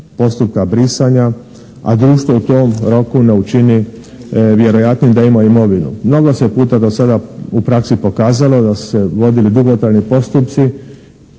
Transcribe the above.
postupka brisanja, a društvo u tom roku ne učini vjerojatnije da je imao imovinu. Mnogo se je puta do sada u praksi pokazalo da su se vodili dugotrajni postupci